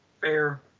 Fair